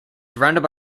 surrounded